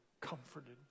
comforted